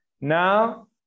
Now